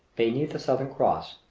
beneath the southern cross,